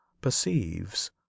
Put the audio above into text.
perceives